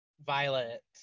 Violet